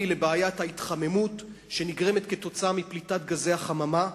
לבעיית ההתחממות שנגרמת מפליטת גזי החממה.